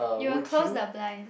you will close the blind